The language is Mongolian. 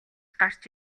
гарч